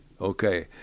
Okay